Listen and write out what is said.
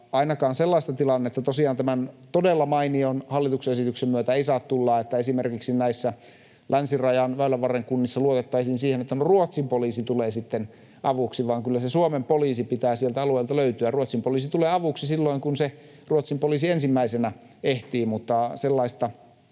Ainakaan sellaista tilannetta tosiaan tämän todella mainion hallituksen esityksen myötä ei saa tulla, että esimerkiksi näissä länsirajan Väylänvarren kunnissa luotettaisiin siihen, että, no, Ruotsin poliisi tulee sitten avuksi, vaan kyllä sen Suomen poliisin pitää sieltä alueelta löytyä. Ruotsin poliisi tulee avuksi silloin, kun se Ruotsin poliisi ensimmäisenä ehtii, mutta sellaista